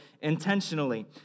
intentionally